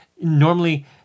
Normally